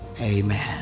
Amen